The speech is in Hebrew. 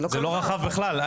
זה בכלל לא רחב.